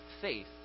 faith